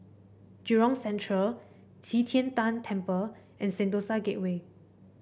Jurong Central Qi Tian Tan Temple and Sentosa Gateway